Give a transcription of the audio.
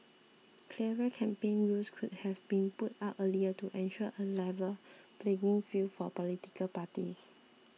clearer campaign rules could have been put out earlier to ensure a level playing field for political parties